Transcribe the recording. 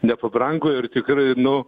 nepabrango ir tikrai nu